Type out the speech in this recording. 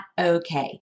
okay